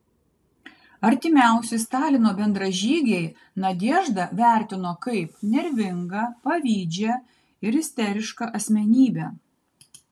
artimiausi stalino bendražygiai nadeždą vertino kaip nervingą pavydžią ir isterišką asmenybę